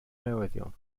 newyddion